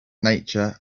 nature